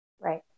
Right